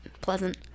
pleasant